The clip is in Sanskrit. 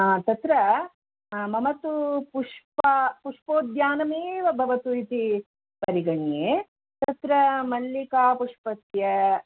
तत्र मम तु पुष्प पुष्पोद्यानम् एव भवतु इति परिगण्ये तत्र मल्लिका पुष्पस्य